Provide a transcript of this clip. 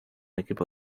equipo